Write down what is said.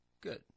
Good